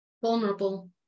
vulnerable